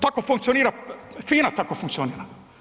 Tako funkcionira, FINA tako funkcionira.